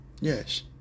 yes